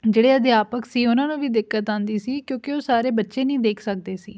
ਜਿਹੜੇ ਅਧਿਆਪਕ ਸੀ ਉਹਨਾਂ ਨੂੰ ਵੀ ਦਿੱਕਤ ਆਉਂਦੀ ਸੀ ਕਿਉਂਕਿ ਉਹ ਸਾਰੇ ਬੱਚੇ ਨਹੀਂ ਦੇਖ ਸਕਦੇ ਸੀ